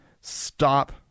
stop